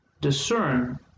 discern